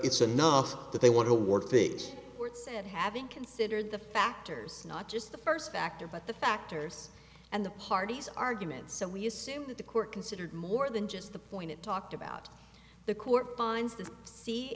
it's enough that they want to work things words and having considered the factors not just the first factor but the factors and the parties arguments so we assume that the court considered more than just the point it talked about the court finds the c